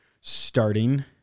starting